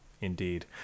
indeed